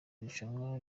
irushanwa